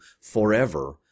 forever